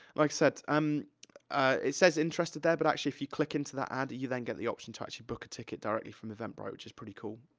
like i said um it says interested there, but actually, if you click into that ad, you then get the option to actually book a ticket directly from eventbrite, which is pretty cool.